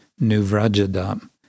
Nuvrajadam